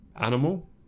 animal